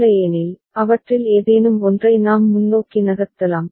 இல்லையெனில் அவற்றில் ஏதேனும் ஒன்றை நாம் முன்னோக்கி நகர்த்தலாம்